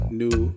new